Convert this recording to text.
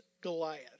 Goliath